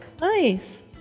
Nice